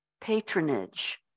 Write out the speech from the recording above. patronage